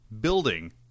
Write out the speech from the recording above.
building